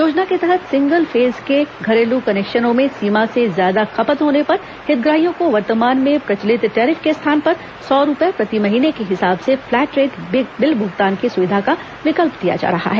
योजना के तहत सिंगल फेज के घरेलू कनेक्शनों में सीमा से ज्यादा खपत होने पर हितग्राहियों को वर्तमान में प्रचलित टैरिफ के स्थान पर सौ रूपए प्रति महीने के हिसाब से फ्लैट रेट बिल भुगतान की सुविधा का विकल्प दिया जा रहा है